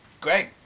Great